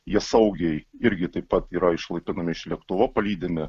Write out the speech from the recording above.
jie saugiai irgi taip pat yra išlaipinami iš lėktuvo palydimi